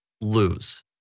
lose